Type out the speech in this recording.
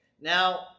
Now